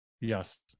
Yes